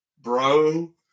Bro